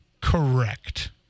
correct